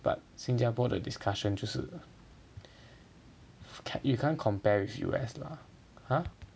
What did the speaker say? but 新加坡的 discussion 就是 you can't compare with U_S lah